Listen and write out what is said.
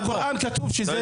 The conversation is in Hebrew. בקוראן כתוב שזה שלכם?